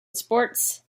sports